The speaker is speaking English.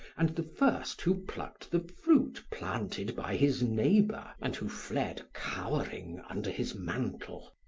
and the first who plucked the fruit planted by his neighbor and who fled cowering under his mantle,